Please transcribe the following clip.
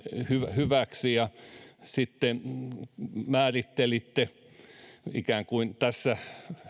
hyväksi ja sitten ikään kuin määrittelitte sen tässä